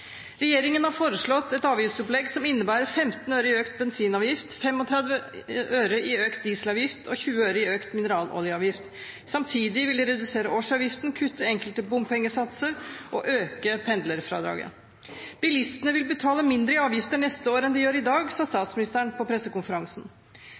Regjeringen har foreslått et avgiftsopplegg som innebærer 15 øre i økt bensinavgift, 35 øre i økt dieselavgift og 20 øre i økt mineraloljeavgift. Samtidig vil de redusere årsavgiften, kutte enkelte bompengesatser og øke pendlerfradraget. Bilistene vil betale mindre i avgifter neste år enn de gjør i dag, sa